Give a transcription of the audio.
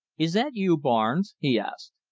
is that you, barnes? he asked.